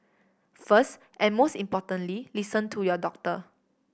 first and most importantly listen to your doctor